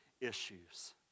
issues